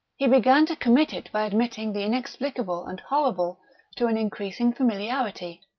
he began to commit it by admitting the inexplicable and horrible to an increasing familiarity.